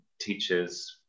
teachers